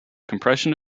compression